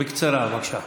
בקצרה, בבקשה.